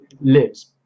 lives